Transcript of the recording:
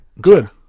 Good